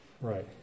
right